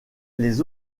les